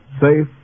safe